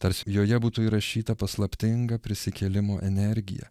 tarsi joje būtų įrašyta paslaptinga prisikėlimo energija